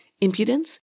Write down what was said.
impudence